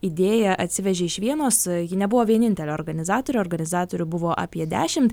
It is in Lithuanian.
idėją atsivežė iš vienos ji nebuvo vienintelė organizatorė organizatorių buvo apie dešim